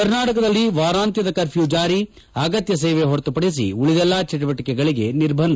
ಕರ್ನಾಟಕದಲ್ಲಿ ವಾರಾಂತ್ಲದ ಕರ್ಫ್ಲೂ ಜಾರಿ ಅಗತ್ಯ ಸೇವೆ ಹೊರತುಪಡಿಸಿ ಉಳಿದೆಲ್ಲಾ ಚಟುವಟಕೆಗಳಿಗೆ ನಿರ್ಬಂಧ